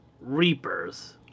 Reapers